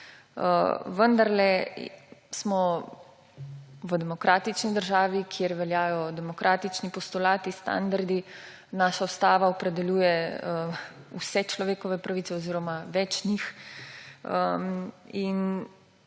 Vendar smo v demokratični državi, kjer veljajo demokratični postulati, standardi in naša ustava opredeljuje vse človekove pravice oziroma več njih,